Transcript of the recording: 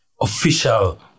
official